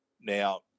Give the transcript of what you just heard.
Now